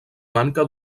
manca